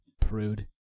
Prude